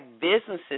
businesses